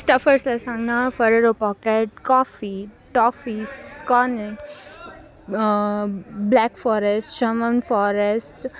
સ્ટફર સેસલનાં Ferrero pocket coffee toffees સ્કોની black forest ચામાંગ ફોરેસ્ટ